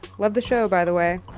love the show by the way.